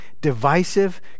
divisive